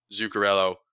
Zuccarello